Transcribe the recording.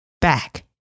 back